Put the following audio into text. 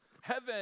heaven